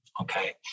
Okay